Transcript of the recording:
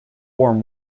warm